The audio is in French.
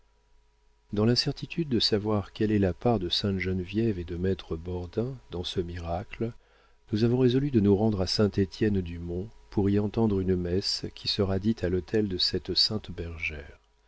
dans l'incertitude de savoir quelle est la part de sainte geneviève et de maître bordin dans ce miracle nous avons résolu de nous rendre à saint-étienne du mont pour y entendre une messe qui sera dite à l'autel de cette sainte bergère